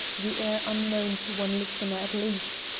the air unknown to one listener at least,